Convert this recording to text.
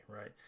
right